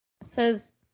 says